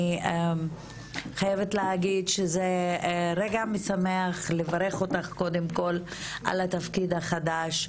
אני חייבת להגיד שזה רגע משמח לברך אותך קודם כול על התפקיד החדש.